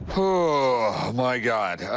oh my god,